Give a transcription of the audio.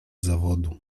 zawodu